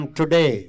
today